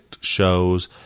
shows